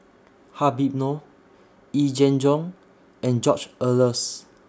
Habib Noh Yee Jenn Jong and George Oehlers